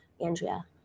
Andrea